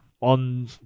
on